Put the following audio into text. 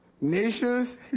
nations